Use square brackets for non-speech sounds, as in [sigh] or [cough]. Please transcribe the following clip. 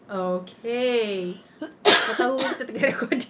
okay kau tahu kita tengah recording [laughs]